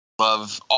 Love